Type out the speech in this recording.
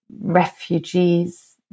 refugees